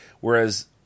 whereas